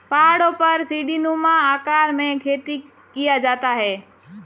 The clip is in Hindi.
पहाड़ों पर सीढ़ीनुमा आकार में खेती किया जाता है